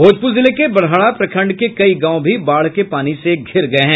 भोजपुर जिले के बड़हरा प्रखंड के कई गांव भी बाढ़ के पानी से घिर गये हैं